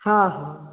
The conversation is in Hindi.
हाँ हाँ